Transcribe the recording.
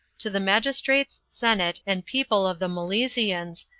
to the magistrates, senate, and people of the milesians,